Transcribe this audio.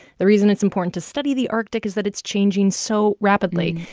the reason it's important to study the arctic is that it's changing so rapidly,